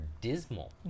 dismal